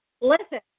Listen